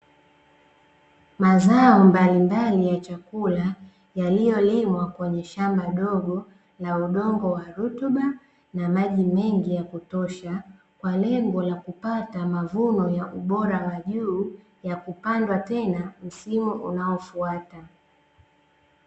Mazao mbalimbali ya chakula, yaliyolimwa kwenye shamba dogo, na udongo wa rutuba na maji mengi ya kutosha, kwa lengo la kupata mavuno ya ubora wa juu, ya kupandwa tena msimu unaofuata.